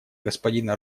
господина